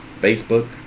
Facebook